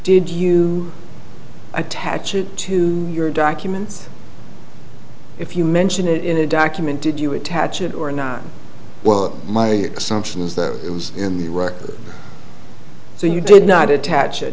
did you attach it to your documents if you mention it in a document did you attach it or not well my assumption is that it was in the record so you did not attach it